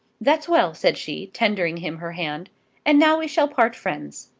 that's well, said she, tendering him her hand and now we shall part friends.